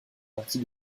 partie